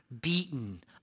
beaten